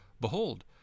Behold